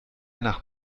nach